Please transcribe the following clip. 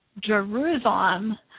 Jerusalem